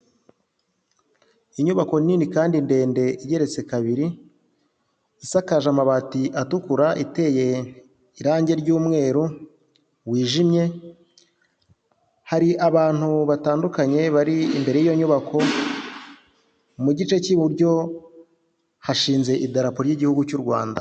Inyubako nini kandi ndende igeretse kabiri isakaje amabati atukura, iteye irangi ry'umweru wijimye hari abantu batandukanye bari imbere y'iyo nyubako, mu gice cy'iburyo hashinze idarapo ry'igihugu cy'u Rwanda.